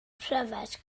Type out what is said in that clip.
pryfed